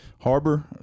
Harbor